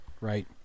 Right